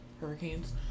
hurricanes